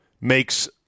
makes